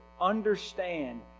understand